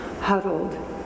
huddled